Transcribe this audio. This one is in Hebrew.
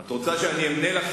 את רוצה שאני אמנה לך?